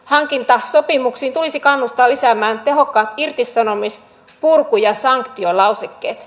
hankintasopimuksiin tulisi kannustaa lisäämään tehokkaat irtisanomis purku ja sanktiolausekkeet